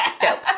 Dope